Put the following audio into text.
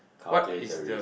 calculated risk